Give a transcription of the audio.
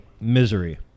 misery